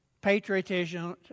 Patriotism